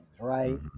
right